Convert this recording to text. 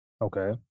Okay